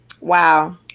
Wow